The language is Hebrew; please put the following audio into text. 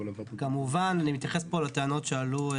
אני מתייחס פה לטענות שעלו.